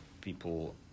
people